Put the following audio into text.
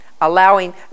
allowing